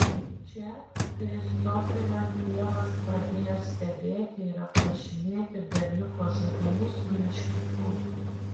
čia kristoferio tėvas pradėjo stebėti ir aprašinėti berniuko žaidimus su meškiuku